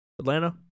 Atlanta